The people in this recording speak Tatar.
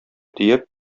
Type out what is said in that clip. төяп